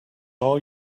all